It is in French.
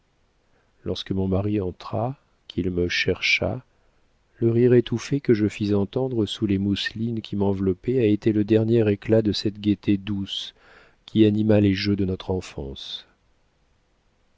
lorsque mon mari entra qu'il me chercha le rire étouffé que je fis entendre sous les mousselines qui m'enveloppaient a été le dernier éclat de cette gaieté douce qui anima les jeux de notre enfance